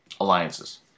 Alliances